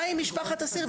מה היא משפחת אסיר.